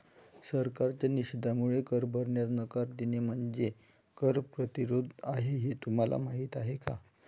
सरकारच्या निषेधामुळे कर भरण्यास नकार देणे म्हणजे कर प्रतिरोध आहे हे तुम्हाला माहीत आहे का